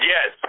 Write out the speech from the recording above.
Yes